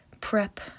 prep